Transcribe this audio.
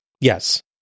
Yes